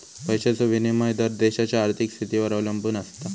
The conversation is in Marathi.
पैशाचो विनिमय दर देशाच्या आर्थिक स्थितीवर अवलंबून आसता